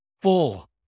full